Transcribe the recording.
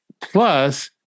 plus